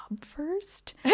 first